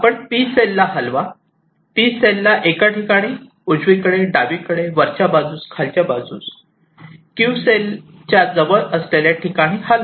आपण 'p' सेलला हलवा 'p' सेलला एका ठिकाणी उजवीकडे डावीकडे वरच्या खालच्या बाजूस 'q' सेलला जवळ असलेल्या ठिकाणी हलवा